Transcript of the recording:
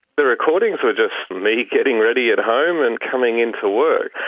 the recordings were just me getting ready at home and coming in to work,